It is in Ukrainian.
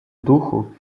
духу